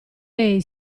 lei